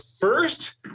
first